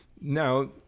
Now